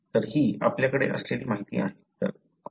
तर ही आपल्याकडे असलेली माहिती आहे